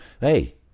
Hey